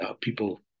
people